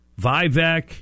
Vivek